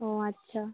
ও আচ্ছা